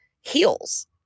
heals